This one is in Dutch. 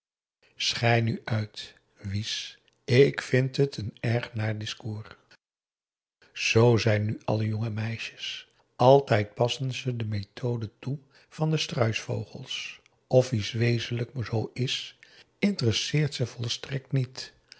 schei nu uit wies ik vind het een erg naar discours p a daum hoe hij raad van indië werd onder ps maurits zoo zijn nu alle jonge meisjes altijd passen ze de methode toe van de struisvogels of iets wezenlijk zoo is interesseert ze volstrekt niet